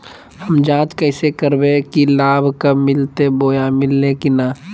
हम जांच कैसे करबे की लाभ कब मिलते बोया मिल्ले की न?